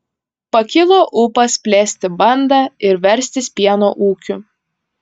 pakilo ūpas plėsti bandą ir verstis pieno ūkiu